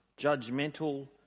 judgmental